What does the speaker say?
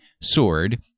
Sword